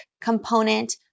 component